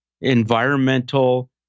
environmental